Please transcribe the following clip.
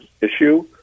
issue